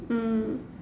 mm